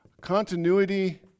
continuity